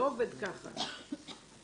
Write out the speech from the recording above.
אני